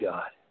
God